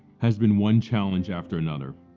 has been one challenge after another.